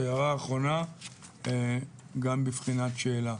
הערה אחרונה גם בבחינת שאלה.